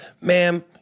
ma'am